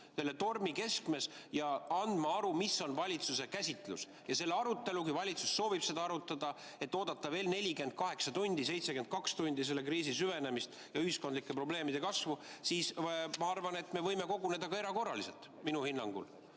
selle tormi keskmes, et anda aru, mis on valitsuse käsitlus. See arutelu, kui valitsus soovib seda arutada, et oodata veel 48 tundi või 72 tundi selle kriisi süvenemist ja ühiskondlike probleemide kasvu – ma arvan, et me võime koguneda ka erakorraliselt. Minu hinnangul